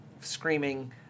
screaming